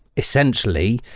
essentially,